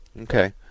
Okay